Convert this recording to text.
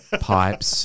Pipes